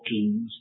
kings